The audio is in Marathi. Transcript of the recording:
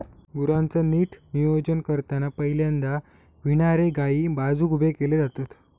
गुरांचा नीट नियोजन करताना पहिल्यांदा विणारे गायी बाजुक उभे केले जातत